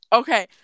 okay